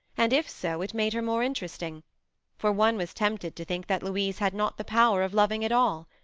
and, if so, it made her more interesting for one was tempted to think that louise had not the power of loving at all.